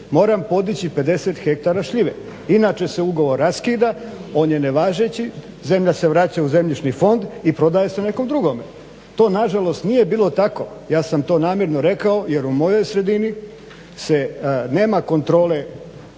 Moram podići 50 hektara šljive inače se ugovor raskida, on je nevažeći, zemlja se vraća u zemljišni fond i prodaje se nekom drugome. To nažalost nije bilo tako, ja sam to namjerno rekao jer u mojoj sredini se nema kontrole